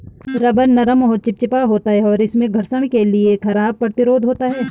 rubber नरम और चिपचिपा होता है, और इसमें घर्षण के लिए खराब प्रतिरोध होता है